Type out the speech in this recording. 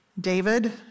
David